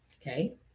Okay